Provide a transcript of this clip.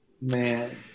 man